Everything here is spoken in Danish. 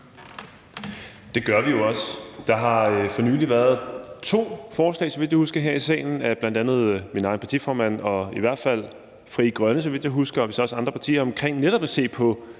Det gør vi også. Der har for nylig været to forslag, så vidt jeg husker, her i salen, bl.a. af min egen partiformand og i hvert fald Frie Grønne og vist også andre partier omkring netop at se på